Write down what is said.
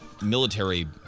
military